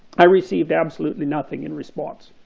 i received absolutely nothing in response.